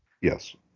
Yes